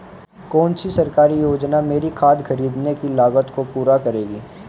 कौन सी सरकारी योजना मेरी खाद खरीदने की लागत को पूरा करेगी?